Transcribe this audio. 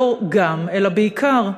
לא גם, אלא בעיקר,